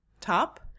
top